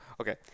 okay